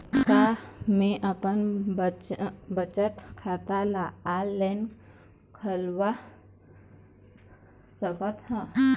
का मैं अपन बचत खाता ला ऑनलाइन खोलवा सकत ह?